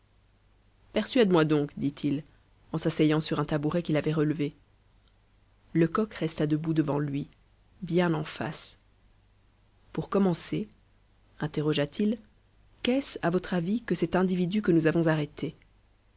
persuade moi donc dit-il en s'asseyant sur un tabouret qu'il avait relevé lecoq resta debout devant lui bien en face pour commencer interrogea-t-il qu'est-ce à votre avis que cet individu que nous avons arrêté